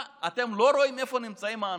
מה, אתם לא רואים איפה נמצאים האנשים?